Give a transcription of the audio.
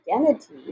identity